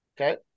Okay